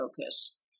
focus